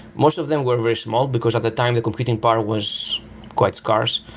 most of them were very small, because at the time the computing power was quite scarce.